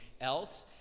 else